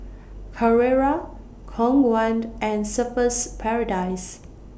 Carrera Khong Guan and Surfer's Paradise